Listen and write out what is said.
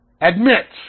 admits